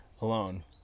alone